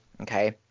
okay